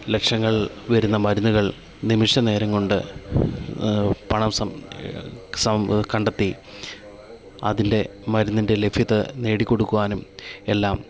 ലക്ഷങ്ങൾ വരുന്ന മരുന്നുകൾ നിമിഷനേരം കൊണ്ട് പണം കണ്ടെത്തി അതിൻ്റെ മരുന്നിൻ്റെ ലഭ്യത നേടി കൊടുക്കുവാനും എല്ലാം